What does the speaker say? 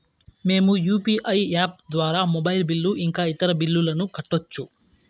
మేము UPI app ద్వారా mobile bill ఇంకా ఇతర బిల్లులను కట్టొచ్చు